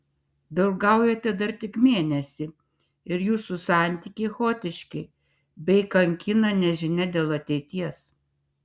draugaujate dar tik mėnesį ir jūsų santykiai chaotiški bei kankina nežinia dėl ateities